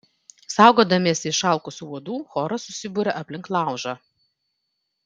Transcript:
saugodamiesi išalkusių uodų choras susiburia aplink laužą